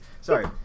Sorry